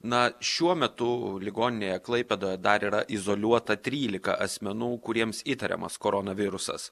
na šiuo metu ligoninėje klaipėdoje dar yra izoliuota trylika asmenų kuriems įtariamas koronavirusas